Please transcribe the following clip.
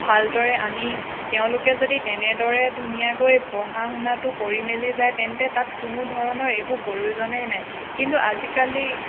ভালদৰে আনি তেওঁলোকে যদি তেনেদৰে ধুনীয়াকৈ পঢ়া শুনাটো কৰি মেলি যায় তেন্তে তাত কোনোধৰণৰ এইবোৰ প্ৰয়োজনেই নাই কিন্তু আজিকালি